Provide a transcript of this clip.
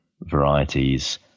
varieties